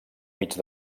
mig